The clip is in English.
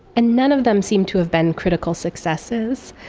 and none of them seem to have been critical successes.